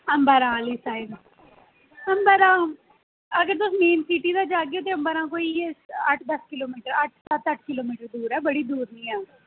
Harappan civilization दे अवशेश ही न जेह्ड़े ओह् लब्भे हे उद्धर तां करियै आए हे हां जी तां करियै ओह् साइट बी बड़ी प्यारी जगह ऐ दिक्खने आह्ली अंबारां आह्ली साइड